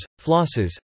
flosses